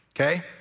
okay